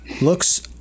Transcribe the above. Looks